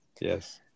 Yes